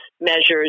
measures